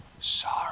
Sorry